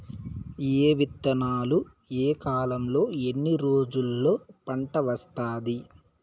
ఏ విత్తనాలు ఏ కాలంలో ఎన్ని రోజుల్లో పంట వస్తాది?